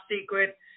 secret